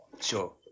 sure